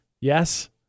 Yes